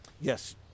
yes